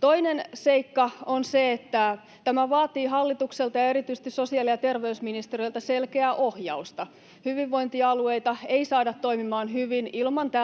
Toinen seikka on se, että tämä vaatii hallitukselta ja erityisesti sosiaali- ja terveysministeriöltä selkeää ohjausta. Hyvinvointialueita ei saada toimimaan hyvin ilman täältä